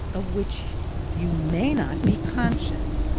of which you may not be conscious.